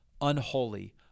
unholy